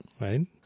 Right